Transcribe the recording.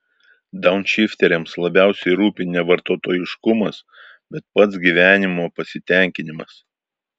daunšifteriams labiausiai rūpi ne vartotojiškumas bet pats gyvenimo pasitenkinimas